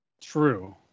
True